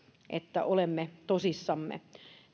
että olemme tosissamme